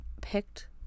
picked